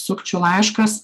sukčių laiškas